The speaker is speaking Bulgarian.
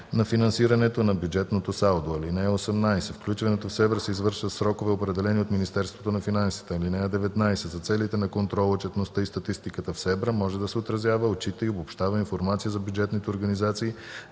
на финансирането на бюджетното салдо. (18) Включването в СЕБРА се извършва в срокове, определени от Министерството на финансите. (19) За целите на контрола, отчетността и статистиката в СЕБРА може да се отразява, отчита и обобщава информация за бюджетните организации,